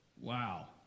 Wow